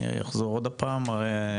אני אחזור עוד הפעם, הרי,